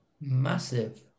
Massive